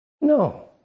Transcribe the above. No